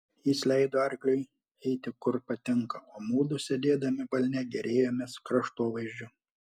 jis leido arkliui eiti kur patinka o mudu sėdėdami balne gėrėjomės kraštovaizdžiu